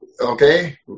okay